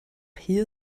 hier